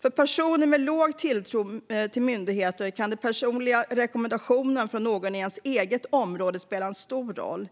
För personer med låg tilltro till myndigheter kan den personliga rekommendationen från någon i ens eget område spela en stor roll.